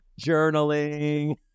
journaling